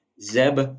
Zeb